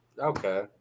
Okay